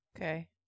Okay